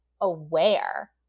aware